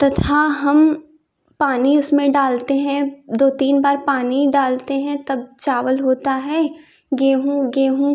तथा हम पानी उसमें डालते हैं दो तीन बार पानी डालते हैं तब चावल होता है गेहूँ गेहूँ